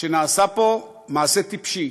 שנעשה פה מעשה טיפשי,